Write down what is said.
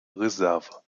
reserve